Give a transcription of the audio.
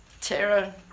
Tara